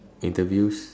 interviews